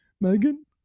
Megan